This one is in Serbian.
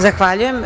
Zahvaljujem.